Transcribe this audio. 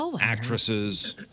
actresses